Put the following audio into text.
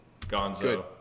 Gonzo